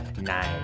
nine